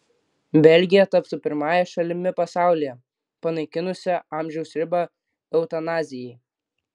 belgija taptų pirmąją šalimi pasaulyje panaikinusia amžiaus ribą eutanazijai